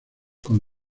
con